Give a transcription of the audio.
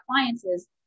appliances